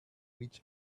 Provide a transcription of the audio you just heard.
rich